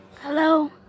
Hello